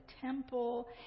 temple